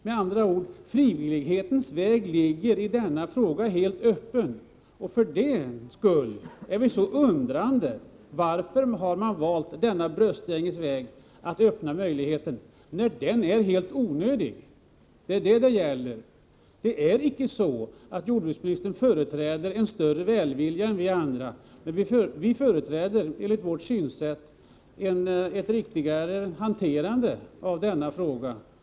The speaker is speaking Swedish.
Med andra ord: Frivillighetens väg ligger i denna fråga helt öppen. Det är för den sakens skull som vi är så undrande över varför regeringen har valt denna bröstgänges väg. Den är ju helt onödig. Det är detta debatten gäller. Jordbruksministern företräder inte en större välvilja än vi andra. Det vi företräder är, enligt vårt synsätt, ett riktigare hanterande av denna fråga.